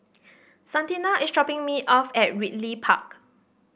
Santina is dropping me off at Ridley Park